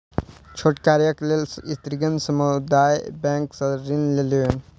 छोट कार्यक लेल स्त्रीगण समुदाय बैंक सॅ ऋण लेलैन